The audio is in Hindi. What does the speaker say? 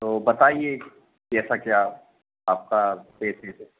तो बताइए कैसा क्या आपका बेसिस है